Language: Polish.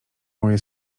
moje